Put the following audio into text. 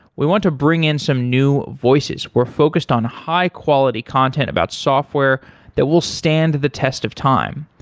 we want to bring in some new voices. we're focused on high quality content about software that will stand the test of time.